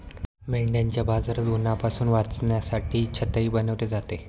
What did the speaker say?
मेंढ्यांच्या बाजारात उन्हापासून वाचण्यासाठी छतही बनवले जाते